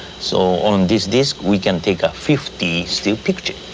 so on this disk, we can take ah fifty still pictures.